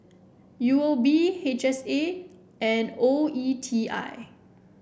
U O B H S A and O E T I